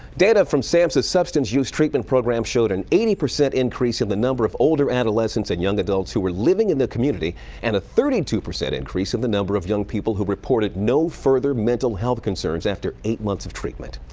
data from samsa's substance use treatment program showed an eighty percent increase in the number of older adolescents and young adults who were living in the community and a thirty percent increase in the number of young people who reported anyone further mental health concerns after eight months of treatment.